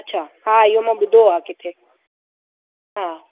अछा हा इहो मां ॿुधो आहे किथे हा